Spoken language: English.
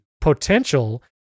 potential